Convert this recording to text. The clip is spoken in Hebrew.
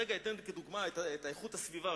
כרגע אתן כדוגמה את הגנת הסביבה.